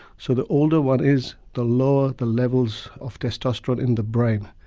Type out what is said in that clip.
so the older one is the lower the levels of testosterone in the brain.